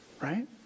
right